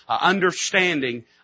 understanding